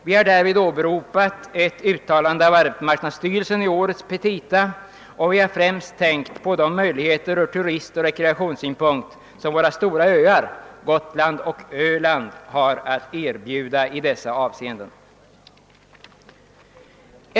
Vi har därvid åberopat ett uttalande av arbetsmarknadsstyrelsen i årets petita, och vi har främst tänkt på de möjligheter ur turistoch rekreationssynpunkt som våra stora öar Gotland och Öland har att erbjuda i dessa avseenden.